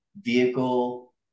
vehicle